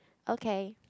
okay